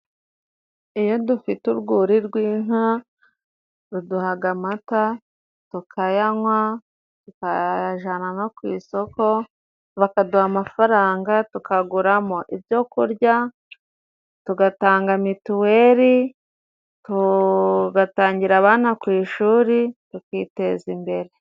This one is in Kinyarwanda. Iyo dufite urwuri rw'inka ruduhaga amata tukayanywa, tukajana no ku isoko bakaduha amafaranga, tukaguramo ibyo kurya, tugatanga mituweri, tugatangira abana ku ishuri, tukiteza imbere.